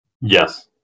Yes